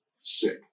sick